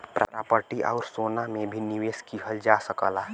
property आउर सोना में भी निवेश किहल जा सकला